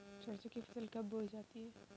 सरसों की फसल कब बोई जाती है?